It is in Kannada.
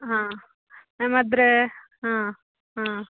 ಹಾಂ ಮ್ಯಾಮ್ ಆದರೆ ಹಾಂ ಹಾಂ